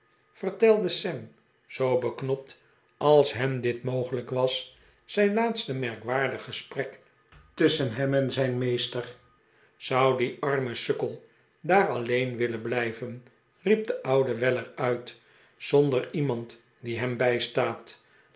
sam zoo beknopt als hem dit mogelijk was het laatste merkwaardige gesprek tusschen hem en zijn meester zou die arme sukkel daar alleen willen blijven riep de oude weller uit zonder iemand die hem bij